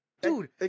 dude